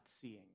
seeing